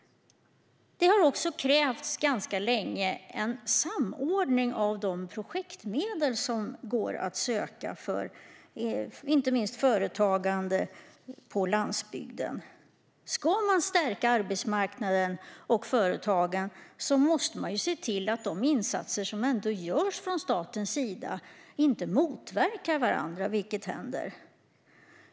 Det har ganska länge krävts en samordning av de projektmedel som går att söka för inte minst företagande på landsbygden. Ska man stärka arbetsmarknaden och företagen måste man se till att de insatser som görs från statens sida inte motverkar varandra, vilket händer.